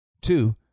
Two